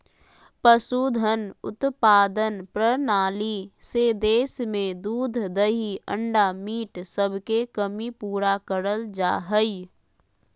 पशुधन उत्पादन प्रणाली से देश में दूध दही अंडा मीट सबके कमी पूरा करल जा हई